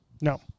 No